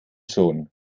schon